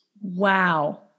Wow